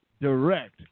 direct